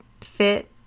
fit